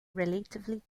relatively